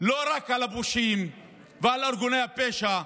לא רק על הפושעים ועל ארגוני הפשע,